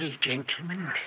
gentlemen